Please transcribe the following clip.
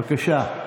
בבקשה.